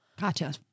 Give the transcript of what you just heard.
Gotcha